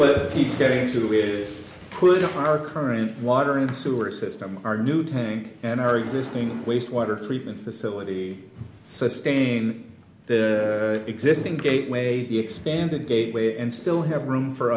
up our current water and sewer system our new tank and our existing waste water treatment facility sustain the existing gateway expand the gateway and still have room for